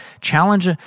challenge